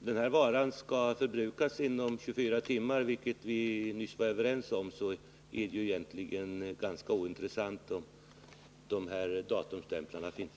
Herr talman! Om varan skall förbrukas inom 24 timmar — vilket vi nyss var överens om — är det egentligen ganska ointressant om de här datumstämplarna finns.